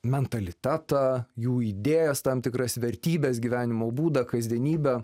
mentalitetą jų idėjas tam tikras vertybes gyvenimo būdą kasdienybę